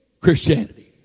Christianity